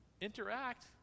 interact